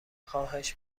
خواهش